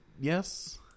Yes